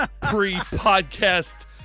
pre-podcast